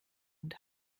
und